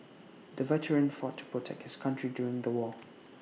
the veteran fought to protect his country during the war